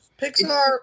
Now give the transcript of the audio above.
Pixar